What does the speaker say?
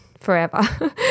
forever